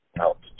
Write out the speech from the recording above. out